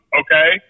okay